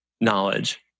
knowledge